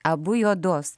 abu juodos